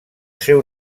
seu